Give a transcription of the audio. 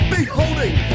Beholding